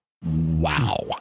Wow